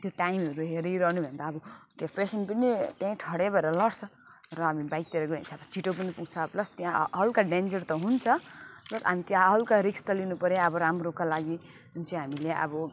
त्यो टाइमहरू हेरिरहनुभन्दा अब त्यो पेसेन्ट पनि त्यहीँ ठहरै भएर लड्छ र हामी बाइकतिर गयो भने चाहिँ छिटो पनि पुग्छ प्लस त्यहाँ ह हल्का डेन्जर त हुन्छ र हामी त्यहाँ हल्का रिस्क त लिनुपर्यो अब राम्रोका लागिन् चाहिँ हामीले अब